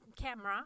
camera